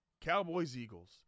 Cowboys-Eagles